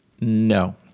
No